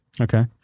Okay